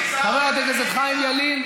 חבר הכנסת פריג',